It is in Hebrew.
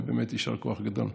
ובאמת יישר כוח גדול.